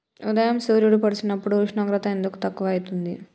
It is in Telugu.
ఉదయం సూర్యుడు పొడిసినప్పుడు ఉష్ణోగ్రత ఎందుకు తక్కువ ఐతుంది?